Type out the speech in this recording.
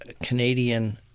Canadian